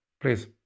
please